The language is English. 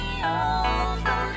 over